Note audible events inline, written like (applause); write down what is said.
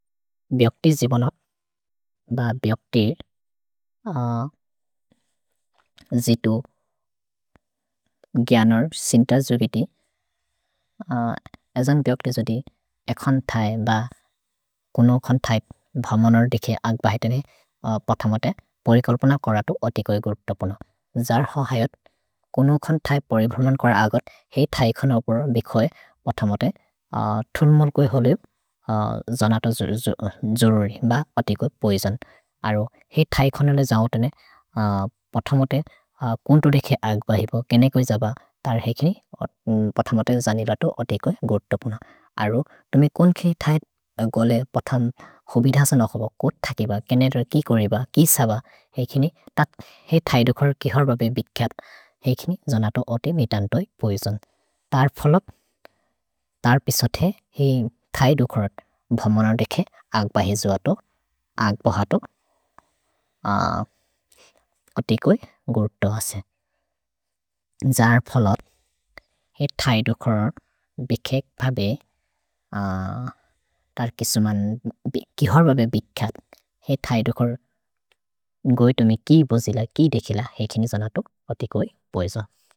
भिअक्ति जिबन (hesitation) ब बिअक्ति (hesitation) जितु (hesitation) ग्यनर् सिन्त जुबिति (hesitation) अजन् बिअक्ति जुबिति एखन् थै ब कुनो खन् थै भमनर् दिखे अग् बहेते ने पथमते परिकल्पुन करतु अति कोइ गुर्प्त पोन जर् हो हैओत् कुनो खन् थै परिभमन् कर् अगत् जर् पिसते हेइ थै दुखरत् भमनर् दिखे अग् बहेते अग् बहते अति कोइ गुर्प्त असे जर् फलत् हेइ थै दुखरत् बिखेक् भबे तर् किशुमन् किहर् भबे बिख्यत् हेइ थै दुखरत् गोइ तुमि कि बोजिल कि देखिल हेइ किनि जनतो अति कोइ बोज।